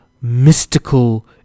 mystical